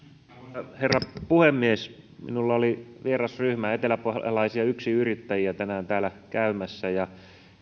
arvoisa herra puhemies minulla oli vierasryhmä eteläpohjalaisia yksinyrittäjiä tänään täällä käymässä